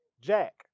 Jack